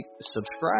subscribe